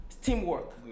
teamwork